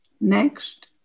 next